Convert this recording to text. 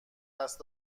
دست